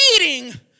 eating